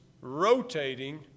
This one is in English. rotating